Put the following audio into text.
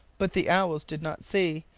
but the owls did not see,